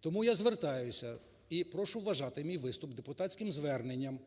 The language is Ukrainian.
Тому я звертаюся і прошу вважати мій виступ депутатським зверненням